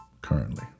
currently